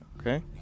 Okay